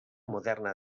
moderna